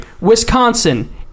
Wisconsin